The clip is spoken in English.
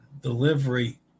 delivery